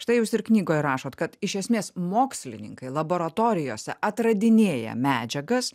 štai jūs ir knygoj rašot kad iš esmės mokslininkai laboratorijose atradinėja medžiagas